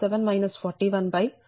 669 MW